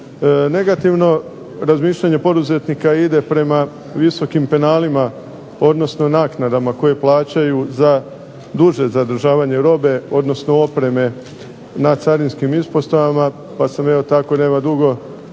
Negativno razmišljanje poduzetnika ide prema visokim penalima, odnosno naknadama koje plaćaju za duže zadržavanje robe, odnosno opreme na carinskim ispostavama, pa sam evo tako nema dugo upravo